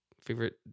favorite